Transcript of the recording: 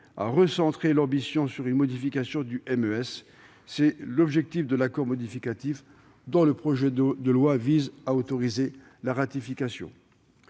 à recentrer l'ambition sur une modification du MES. C'est l'objet de l'accord modificatif dont le projet de loi vise à autoriser la ratification.